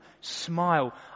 smile